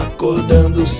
Acordando